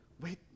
wait